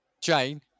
Jane